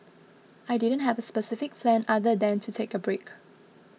I didn't have a specific plan other than to take a break